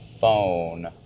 phone